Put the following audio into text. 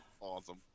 Awesome